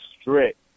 strict